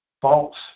false